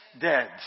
Dead